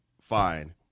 fine